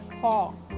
fall